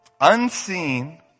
unseen